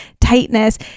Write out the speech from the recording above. tightness